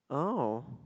oh